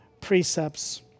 precepts